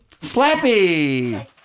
Slappy